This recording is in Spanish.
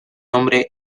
nombre